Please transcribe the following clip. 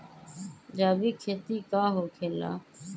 जैविक खेती का होखे ला?